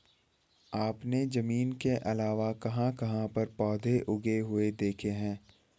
आपने जमीन के अलावा कहाँ कहाँ पर पौधे उगे हुए देखे हैं?